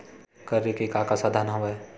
करे के का का साधन हवय?